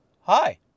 Hi